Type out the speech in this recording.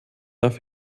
darf